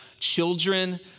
Children